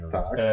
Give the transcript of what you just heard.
tak